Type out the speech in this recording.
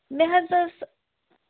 مےٚ حظ ٲس